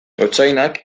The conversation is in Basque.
gotzainak